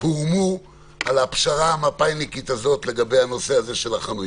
הורמו על הפשרה המפא"יניקית הזאת של החנויות.